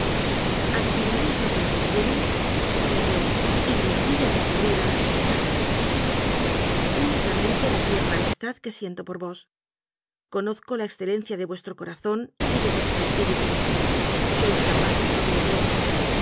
igual adivinaréis lo que me detieneañadióy me impide recurrir a la soledad unicamente la tierna amistad que siento por vos conozco la excelencia de vuestro corazón y de vuestro espíritu sois capaz de todo lo bueno